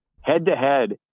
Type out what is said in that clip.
Head-to-head